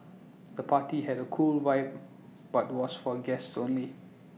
the party had A cool vibe but was for guests only